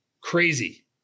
Crazy